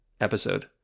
episode